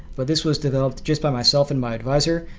but this was developed just by myself and my adviser.